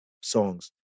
songs